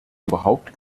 überhaupt